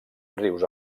rius